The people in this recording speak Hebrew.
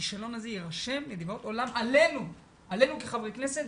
הכישלון הזה יירשם לדיראון עולם עלינו כחברי כנסת.